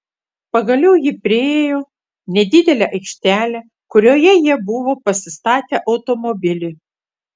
pagaliau ji priėjo nedidelę aikštelę kurioje jie buvo pasistatę automobilį